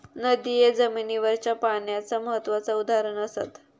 नदिये जमिनीवरच्या पाण्याचा महत्त्वाचा उदाहरण असत